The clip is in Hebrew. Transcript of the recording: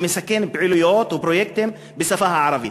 שמסכם פעילויות ופרויקטים בשפה הערבית.